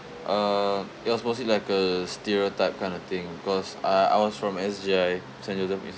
uh it was mostly like a stereotype kind of thing because uh I was from S_J_I saint joseph instituition